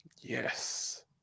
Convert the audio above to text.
yes